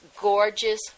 gorgeous